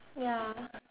ya